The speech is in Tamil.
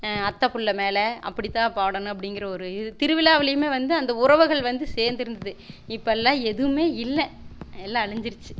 அத்தை புள்ளை மேல் அப்படிதான் போடணும் அப்படிங்கற ஒரு திருவிழாவுலேயுமே வந்து அந்த உறவுகள் வந்து சேர்ந்து இருந்தது இப்போலாம் எதுவும் இல்லை எல்லாம் அழிஞ்சிடுச்சு